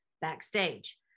backstage